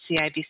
CIBC